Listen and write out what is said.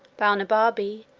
balnibarbi,